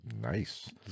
Nice